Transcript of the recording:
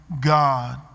God